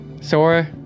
Sora